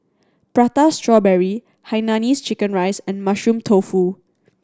Prata Strawberry hainanese chicken rice and Mushroom Tofu